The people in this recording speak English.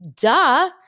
duh